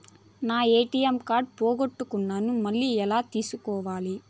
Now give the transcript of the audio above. నా ATM card పోగొట్టుకున్నాను, మళ్ళీ ఎలా తీసుకోవాలి?